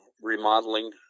remodeling